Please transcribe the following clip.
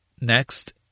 Next